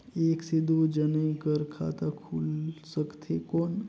एक से दो जने कर खाता खुल सकथे कौन?